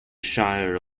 shire